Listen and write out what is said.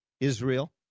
Israel